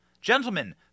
Gentlemen